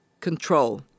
control